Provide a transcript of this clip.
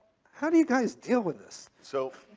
how do you guys deal with this? so,